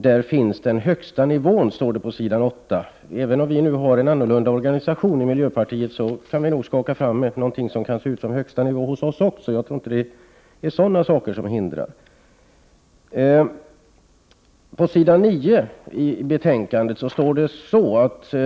Där finns den högsta nivån, står det på s. 8i betänkandet. Även om vi har en annan organisation i miljöpartiet, kan vi nog skaka fram någonting som kan se ut som högsta nivå hos oss också. Jag tror inte att det är sådana saker som hindrar. På s. 9 i betänkandet står det: ”I styrelsen ingår vid handläggningen av Prot.